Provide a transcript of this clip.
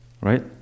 Right